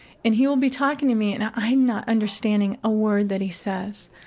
and he'll be talking to me and i'm not understanding a word that he says,